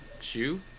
shoe